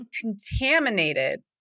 contaminated